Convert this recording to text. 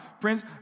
friends